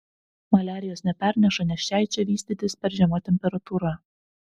maliarijos neperneša nes šiai čia vystytis per žema temperatūra